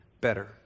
better